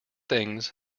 things